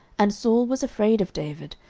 and saul was afraid of david,